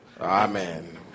Amen